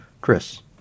Chris